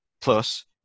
plus